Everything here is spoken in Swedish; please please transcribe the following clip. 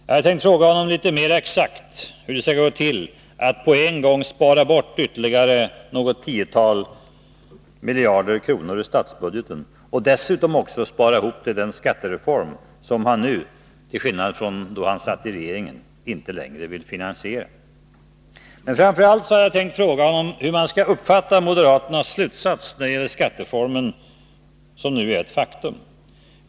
Jag hade tänkt fråga honom litet mera exakt hur det skall gå till att på en gång spara ytterligare något tiotal miljarder kronor i statsbudgeten och dessutom också spara ihop till den skattereform som han nu, till skillnad från när han satt i regeringen, inte längre vill finansiera. Framför allt hade jag tänkt fråga honom hur man skall uppfatta moderaternas slutsats när det gäller den skattereform som nu är ett faktum.